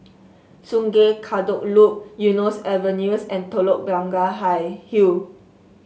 Sungei Kadut Loop Eunos Avenues and Telok Blangah Hi Hill